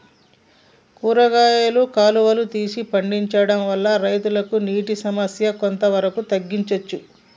కూరగాయలు కాలువలు తీసి పండించడం వల్ల రైతులకు నీటి సమస్య కొంత వరకు తగ్గించచ్చా?